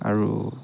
আৰু